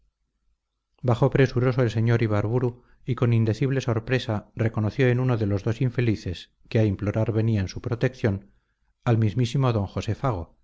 espías bajó presuroso el sr ibarburu y con indecible sorpresa reconoció en uno de los dos infelices que a implorar venían su protección al mismísimo d josé fago